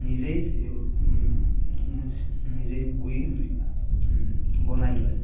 নিজেই নিজেই বই বনাই লয়